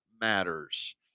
matters